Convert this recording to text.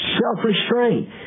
self-restraint